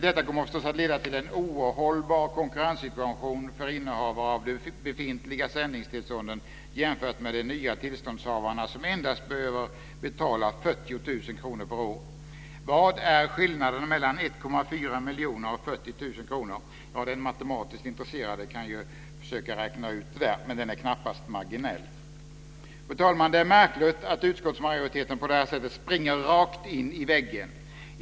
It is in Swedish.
Detta kommer förstås att leda till en ohållbar konkurrenssituation för innehavare av de befintliga sändningstillstånden jämfört med de nya tillståndshavarna, som endast behöver betala 40 000 kr per år. 40 000 kr? Den matematiskt intresserade kan ju försöka räkna ut det - men den är knappast marginell! Fru talman! Det är märkligt att utskottsmajoriteten på det här sättet springer rakt in i väggen.